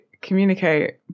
communicate